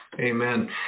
amen